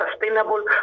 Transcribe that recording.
sustainable